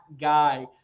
Guy